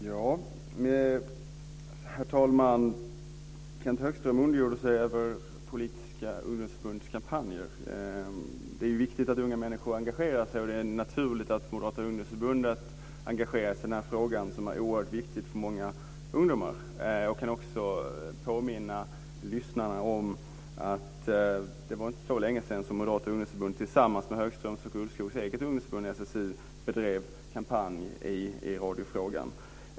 Herr talman! Kenth Högström ondgjorde sig över politiska kampanjer från ungdomsförbund. Det är viktigt att unga människor engagerar sig. Det är naturligt att Moderata ungdomsförbundet engagerar sig i en fråga som är oerhört viktig för många ungdomar. Jag kan också påminna lyssnarna om att det inte var så länge sedan som Moderata ungdomsförbundet tillsammans med Högströms och Ulvskogs eget ungdomsförbund SSU bedrev kampanj i radiofrågan.